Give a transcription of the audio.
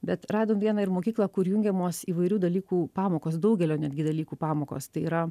bet radom vieną ir mokyklą kur jungiamos įvairių dalykų pamokos daugelio netgi dalykų pamokos tai yra